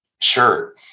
Sure